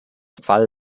fall